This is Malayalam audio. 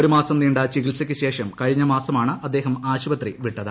ഒരു മാസം നീണ്ട ചികിത്സക്ക് ശേഷം കഴിഞ്ഞ മാസമാണ് അദ്ദേഹം ആശുപത്രി വിട്ടത്